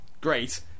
great